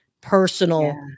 personal